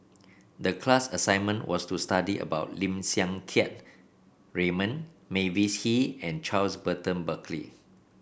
the class assignment was to study about Lim Siang Keat Raymond Mavis Hee and Charles Burton Buckley